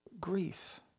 grief